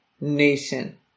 nation